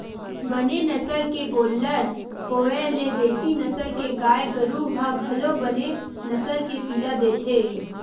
बने नसल के गोल्लर होय ले देसी नसल के गाय गरु ह घलोक बने नसल के पिला देथे